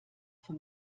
für